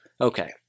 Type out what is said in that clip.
Okay